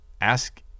ask